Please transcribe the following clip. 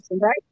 right